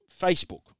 Facebook